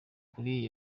kuri